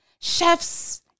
Chefs